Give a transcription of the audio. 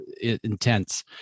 intense